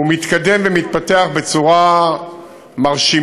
הוא מתקדם ומתפתח בצורה מרשימה,